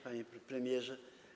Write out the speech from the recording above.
Panie Premierze!